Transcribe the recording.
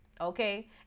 okay